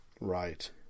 Right